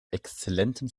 exzellentem